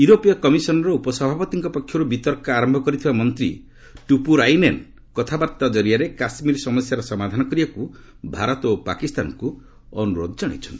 ୟୁରୋପୀୟ କମିଶନ୍ ର ଉପସଭାପତିଙ୍କ ପକ୍ଷରୁ ବିତର୍କ ଆରମ୍ଭ କରିଥିବା ମନ୍ତ୍ରୀ ଟୁପୁରାଇନେନ୍ କଥାବାର୍ତ୍ତା କରିଆରେ କାଶ୍ମୀର ସମସ୍ୟାର ସମାଧାନ କରିବାକୁ ଭାରତ ଓ ପାକିସ୍ତାନକୁ ଅନୁରୋଧ ଜଣାଇଛନ୍ତି